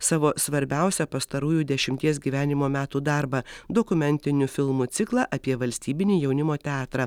savo svarbiausią pastarųjų dešimties gyvenimo metų darbą dokumentinių filmų ciklą apie valstybinį jaunimo teatrą